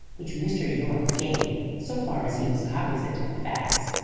which mr. yorke gave, so far as he was cognizant of the facts.